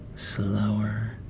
Slower